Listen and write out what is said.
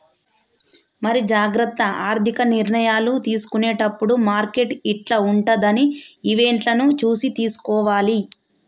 మరి జాగ్రత్త ఆర్థిక నిర్ణయాలు తీసుకునేటప్పుడు మార్కెట్ యిట్ల ఉంటదని ఈవెంట్లను చూసి తీసుకోవాలి